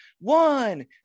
one